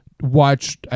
watch